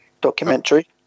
documentary